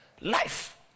life